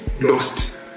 lost